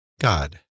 God